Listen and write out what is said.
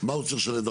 מה הוא צריך לשלם?